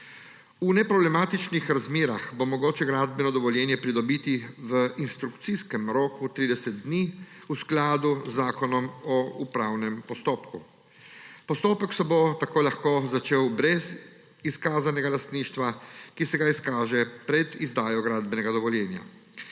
V neproblematičnih razmerah bo mogoče gradbeno dovoljenje pridobiti v instrukcijskem roku 30 dni v skladu z zakonom o upravnem postopku. Postopek se bo tako lahko začel brez izkazanega lastništva, ki se ga izkaže pred izdajo gradbenega dovoljenja.